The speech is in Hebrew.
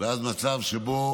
ואז היה מצב שבו